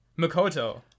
Makoto